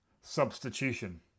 substitution